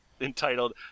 entitled